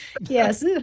Yes